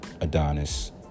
Adonis